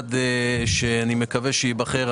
למועמד שאני מקווה שייבחר,